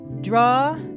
draw